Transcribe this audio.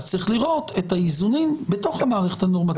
אז צריך לראות את האיזונים בתוך המערכת הנורמטיבית הזאת.